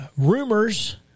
Rumors